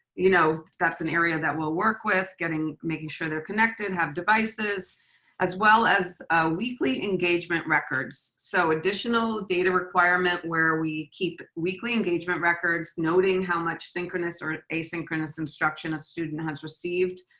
you know that's an area that we'll work with. making sure they're connected, have devices as well as weekly engagement records. so additional data requirement where we keep weekly engagement records, noting how much synchronous or asynchronous instruction a student has received.